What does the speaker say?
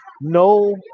no